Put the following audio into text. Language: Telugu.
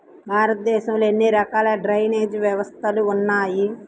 భారతదేశంలో ఎన్ని రకాల డ్రైనేజ్ వ్యవస్థలు ఉన్నాయి?